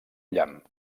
llamp